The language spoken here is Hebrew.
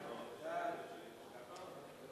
סעיפים 1 2